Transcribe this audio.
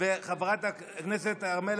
וחברת הכנסת הר מלך,